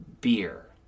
beer